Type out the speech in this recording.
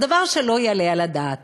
זה דבר שלא יעלה על הדעת.